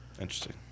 Interesting